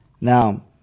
Now